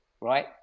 right